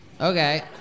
Okay